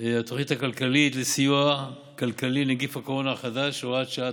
התוכנית הכלכלית לסיוע כלכלי (נגיף הקורונה החדש) (הוראת שעה),